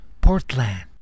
Portland